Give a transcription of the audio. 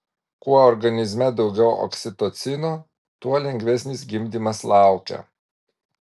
kuo organizme daugiau oksitocino tuo lengvesnis gimdymas laukia